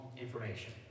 information